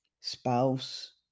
spouse